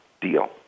deal